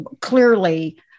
clearly